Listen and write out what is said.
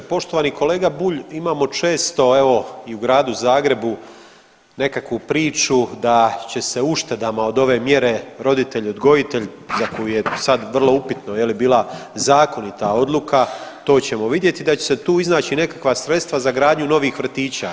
Poštovani kolega Bulj imamo često evo i u gradu Zagrebu nekakvu priču da se uštedama od ove mjere roditelj odgojitelj za koju je sad vrlo upitno bila zakonita odluka, to ćemo vidjeti da će se tu iznaći nekakva sredstva za gradnju novih vrtića.